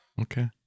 okay